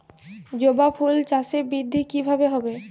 জবা ফুল চাষে বৃদ্ধি কিভাবে হবে?